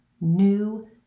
new